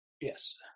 Yes